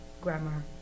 grammar